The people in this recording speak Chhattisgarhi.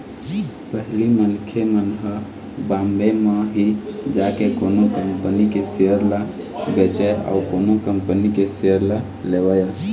पहिली मनखे मन ह बॉम्बे म ही जाके कोनो कंपनी के सेयर ल बेचय अउ कोनो कंपनी के सेयर ल लेवय